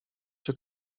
czy